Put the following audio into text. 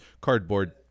Cardboard